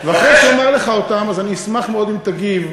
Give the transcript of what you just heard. ואחרי שאומר לך אותם אני אשמח מאוד אם תגיב.